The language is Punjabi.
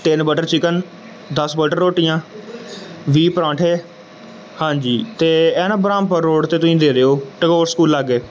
ਤਿੰਨ ਬਟਰ ਚਿਕਨ ਦਸ ਬਟਰ ਰੋਟੀਆਂ ਵੀਹ ਪਰਾਂਠੇ ਹਾਂਜੀ ਅਤੇ ਇਹ ਨਾ ਬ੍ਰਹਮਪੁਰ ਰੋਡ 'ਤੇ ਤੁਸੀਂ ਦੇ ਦਿਓ ਟੈਗੋਰ ਸਕੂਲ ਲਾਗੇ